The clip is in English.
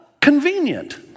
convenient